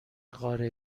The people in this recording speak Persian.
قاره